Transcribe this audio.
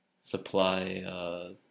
supply